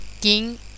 King